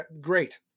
Great